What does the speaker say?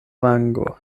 vango